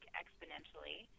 exponentially